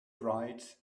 bright